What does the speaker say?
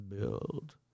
build